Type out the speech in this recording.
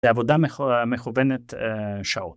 לעבודה מכוונת שעות.